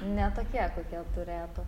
ne tokie kokie turėtų